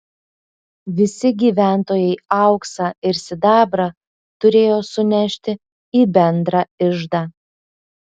visi gyventojai auksą ir sidabrą turėjo sunešti į bendrą iždą